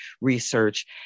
research